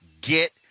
get